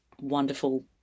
wonderful